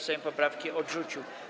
Sejm poprawki odrzucił.